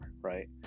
right